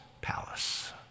palace